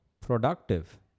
productive